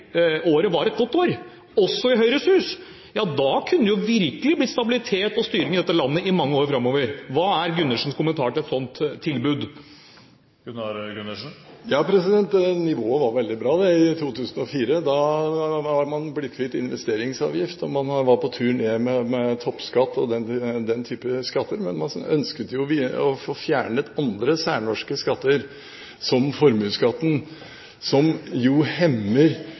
året var et godt år også i Høyres Hus, kunne det jo virkelig blitt stabilitet og styring i dette landet i mange år framover. Hva er Gundersens kommentar til et sånt tilbud? Nivået var veldig bra i 2004. Da var man blitt kvitt investeringsavgift, og toppskatten og den type skatter var på tur ned. Men man ønsket jo å få fjernet andre særnorske skatter, som formuesskatten, som jo hemmer